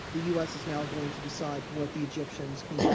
the u s. is now going to decide what the egyptians can get.